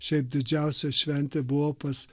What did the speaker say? šiaip didžiausia šventė buvo pas